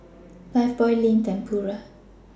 Lifebuoy Lindt and Pura